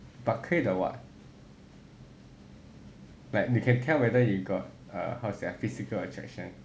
but 可以的 what but you can tell whether you got how to say ah physical attraction